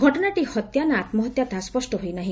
ଘଟଶାଟି ହତ୍ୟା ନା ଆମ୍ହତ୍ୟା ତାହା ସୂଷ୍ଟି ହୋଇନାହି